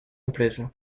empresa